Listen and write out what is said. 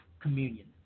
communion